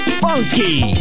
funky